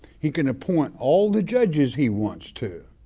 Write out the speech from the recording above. he can appoint all the judges he wants to,